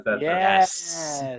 Yes